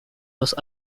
los